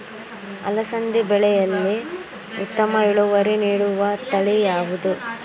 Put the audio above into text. ಅಲಸಂದಿ ಬೆಳೆಯಲ್ಲಿ ಉತ್ತಮ ಇಳುವರಿ ನೀಡುವ ತಳಿ ಯಾವುದು?